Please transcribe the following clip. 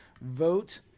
Vote